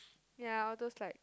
ya all those like